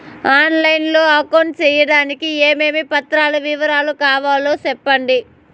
On line లో account సేయడానికి ఏమేమి పత్రాల వివరాలు కావాలో సెప్పండి?